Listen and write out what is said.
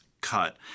cut